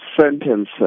sentence